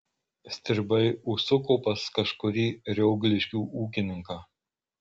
stribai užsuko pas kažkurį riogliškių ūkininką